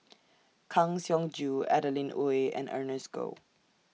Kang Siong Joo Adeline Ooi and Ernest Goh